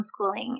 homeschooling